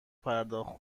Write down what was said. پرداخت